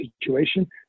situation